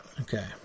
Okay